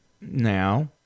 now